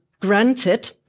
granted